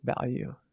value